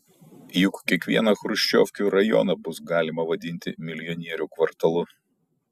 juk kiekvieną chruščiovkių rajoną bus galima vadinti milijonierių kvartalu